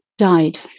died